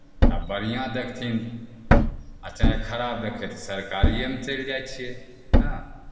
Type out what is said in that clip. आ बढ़िआँ देखथिन आ चाहे खराब देखै छथिन सरकारिएमे चलि जाइ छियै हँ